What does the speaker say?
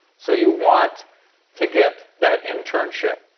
so you want to get that internship.